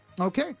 Okay